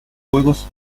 fuegos